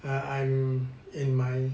err I'm in my